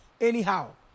anyhow